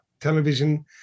television